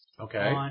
Okay